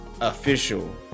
official